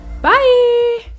Bye